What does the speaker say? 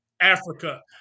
Africa